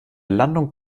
landung